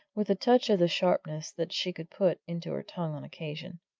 with a touch of the sharpness that she could put into her tongue on occasion.